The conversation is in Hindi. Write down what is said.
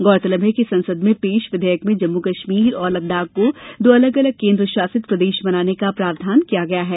गौरतलब है कि संसद में पेश विधेयक में जम्मू कश्मीर और लद्दाख को दो अलग अलग केन्द्र शासित प्रदेश बनाने का प्रावधान किया गया है